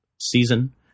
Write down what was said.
season